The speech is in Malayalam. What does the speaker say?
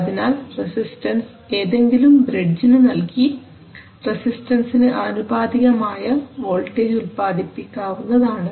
അതിനാൽ റെസിസ്റ്റൻസ് ഏതെങ്കിലും ബ്രിഡ്ജിനു നൽകി റെസിസ്റ്റൻസിനു ആനുപാതികമായ വോൾട്ടേജ് ഉൽപ്പാദിപ്പിക്കാവുന്നതാണ്